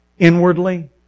inwardly